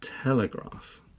Telegraph